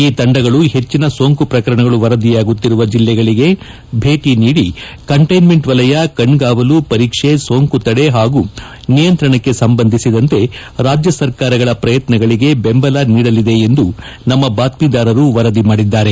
ಈ ತಂಡಗಳು ಹೆಚ್ಚಿನ ಸೋಂಕು ಪ್ರಕರಣಗಳು ವರದಿಯಾಗುತ್ತಿರುವ ಜಿಲ್ಲೆಗಳಿಗೆ ಭೇಟಿ ನೀಡಿ ಕಂಟ್ಲೆನೆಂಟ್ ವಲಯ ಕಣ್ಣಾವಲು ಪರೀಕ್ಸೆ ಸೋಂಕು ತಡೆ ಹಾಗೂ ನಿಯಂತ್ರಣಕ್ಕೆ ಸಂಬಂಧಿಸಿದಂತೆ ರಾಜ್ಯ ಸರ್ಕಾರಗಳ ಕ್ರಯತ್ನಗಳಿಗೆ ಬೆಂಬಲ ನೀಡಲಿದೆ ಎಂದು ನಮ್ಮ ಬಾತ್ರೀದಾರರು ವರದಿ ಮಾಡಿದ್ದಾರೆ